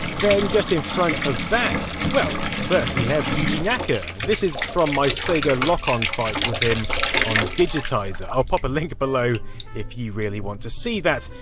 then just in front of that, well, first we have yuji naka. this is from my sega lock-on fight with him on digitiser. i'll pop a link below if you want to see that.